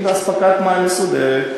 עם אספקת מים מסודרת,